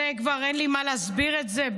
כבר אין לי מה להסביר את זה.